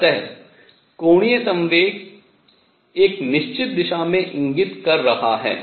अतः कोणीय संवेग एक निश्चित दिशा में इंगित कर रहा है